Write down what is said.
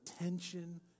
attention